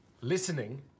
listening